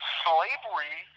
slavery